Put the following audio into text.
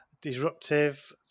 disruptive